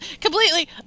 completely